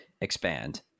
expand